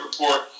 report